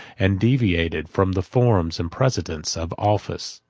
and deviated from the forms and precedents of office.